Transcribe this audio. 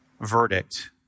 verdict